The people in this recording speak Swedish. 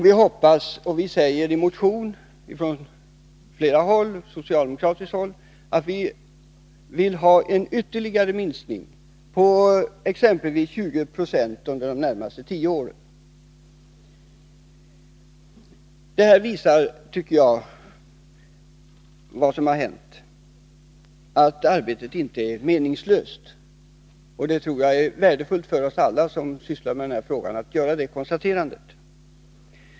Vi säger i vår motion att vi vill ha en ytterligare minskning, exempelvis på 20 20 under de närmaste tio åren. Jag tycker att det som hänt visar att arbetet inte är meningslöst. Jag tror det är värdefullt för oss alla som sysslar med den här frågan att göra detta konstaterande.